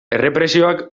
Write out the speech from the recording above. errepresioak